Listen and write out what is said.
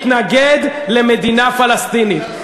התנגד למדינה פלסטינית.